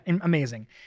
amazing